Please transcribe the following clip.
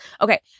Okay